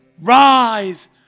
Rise